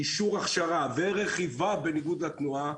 אישור הכשרה ורכיבה בניגוד לתנועה,